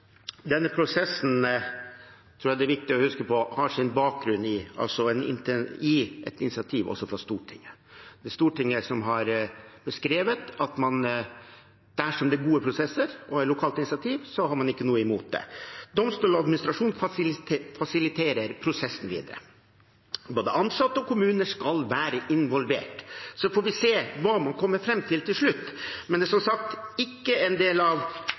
er viktig å huske på at har sin bakgrunn i et initiativ også fra Stortinget. Det er Stortinget som har beskrevet at der det er gode prosesser og et lokalt initiativ, har man ikke noe imot det. Domstoladministrasjonen fasiliterer prosessen videre. Både ansatte og kommuner skal være involvert. Så får vi se hva man kommer fram til til slutt. Det er som sagt ikke